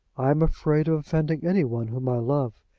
i am afraid of offending any one whom i love,